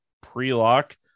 pre-lock